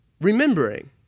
remembering